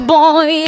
Boy